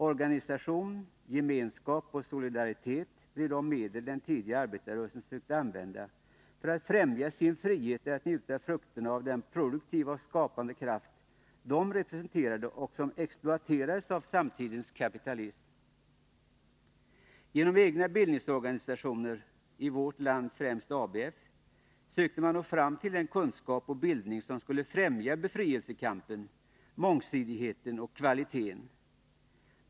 Organisation, gemenskap och solidaritet blev de medel den tidiga arbetarrörelsen sökte använda för att främja sin frihet att njuta frukterna av den produktiva och skapande kraft som de representerade och som exploaterades av samtidens kapitalism. Genom egna bildningsorganisationer i vårt land — främst ABF — sökte man nå fram till den kunskap och bildning som skulle främja befrielsekampen, mångsidigheten och kvaliteten.